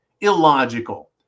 illogical